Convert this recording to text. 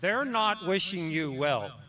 they're not wishing you well